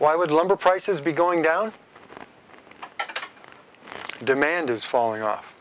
why would lumber prices be going down demand is falling off